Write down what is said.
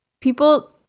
people